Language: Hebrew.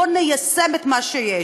בואו ניישם את מה שיש.